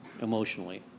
emotionally